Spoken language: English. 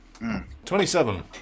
27